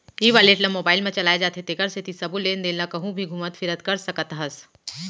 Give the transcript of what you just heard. ई wallet ल mobile म चलाए जाथे जेकर सेती सबो लेन देन ल कहूँ भी घुमत फिरत कर सकत हस